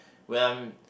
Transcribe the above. when I'm